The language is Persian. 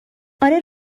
آره